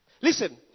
Listen